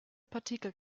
partikel